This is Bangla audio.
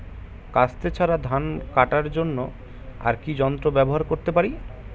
কাস্তে ছাড়া ধান কাটার জন্য আর কি যন্ত্র ব্যবহার করতে পারি?